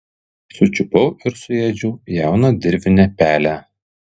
sučiupau ir suėdžiau jauną dirvinę pelę